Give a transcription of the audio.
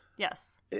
Yes